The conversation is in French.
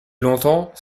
longtemps